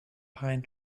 pine